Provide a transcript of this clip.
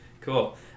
Cool